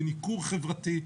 בניכור חברתי,